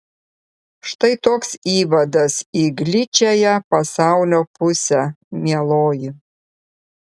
štai toks įvadas į gličiąją pasaulio pusę mieloji